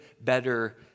better